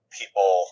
people